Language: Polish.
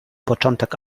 początek